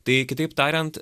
tai kitaip tariant